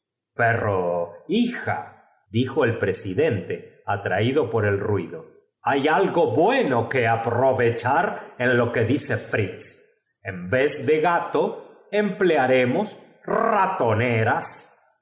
pero hija dijo el presiden te atra ído por el ruido hay algo bueno que aprovechar en lo que dice fritz en voz de gato empleare mos ratoneras